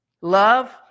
Love